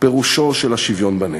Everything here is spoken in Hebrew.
פירושו של השוויון בנטל.